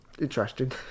interesting